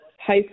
High